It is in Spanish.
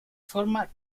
forma